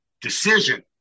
decision